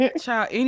Child